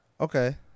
Okay